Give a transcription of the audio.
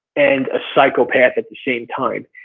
and a psychopath at the same time.